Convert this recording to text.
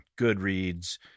Goodreads